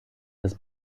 des